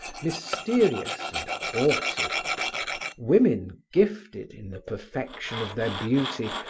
mysterious and haughty women gifted, in the perfection of their beauty,